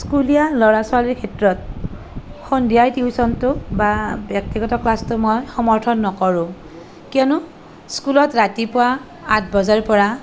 স্কুলীয়া ল'ৰা ছোৱালীৰ ক্ষেত্ৰত সন্ধিয়াই টিউচনটো বা ব্য়ক্তিগত ক্লাছটো মই সমৰ্থন নকৰোঁ কিয়নো স্কুলত ৰাতিপুৱা আঠ বজাৰ পৰা